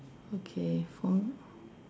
okay for me